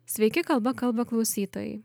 sveiki kalba kalba klausytojai